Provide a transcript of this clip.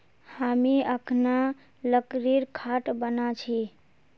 हामी अखना लकड़ीर खाट बना छि